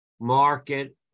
market